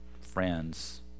Friends